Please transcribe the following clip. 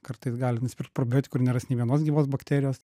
kartais galit nusipirkt probiotikų ir neras nei vienos gyvos bakterijos